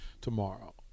tomorrow